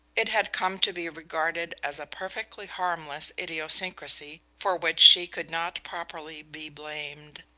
it had come to be regarded as a perfectly harmless idiosyncrasy for which she could not properly be blamed.